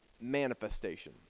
manifestation